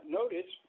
notice